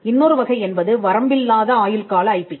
இன்னொரு வகை என்பது வரம்பில்லாத ஆயுள் கால ஐபி